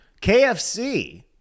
KFC